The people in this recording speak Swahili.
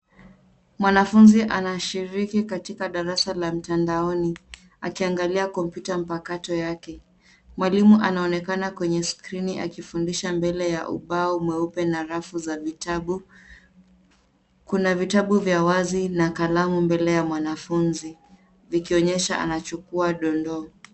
Mwanafunzi anashiriki katika darasa la mtandaoni akiangalia komputa mpakato yake. Mwalimu anaonekana kwenye skrini akifundisha mbele ya ubao mweupe na rafu za vitabu. Kuna vitabu vya wazi na kalamu mbele ya mwanafunzi vikionyesha ana chukua dondoo.